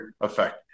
effect